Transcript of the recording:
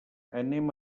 anem